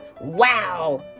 Wow